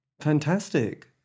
Fantastic